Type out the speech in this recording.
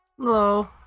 hello